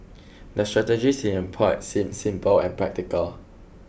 the strategies he employed seemed simple and practical